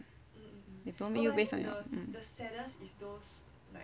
they promote you based on your